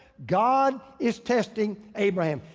god is testing abraham.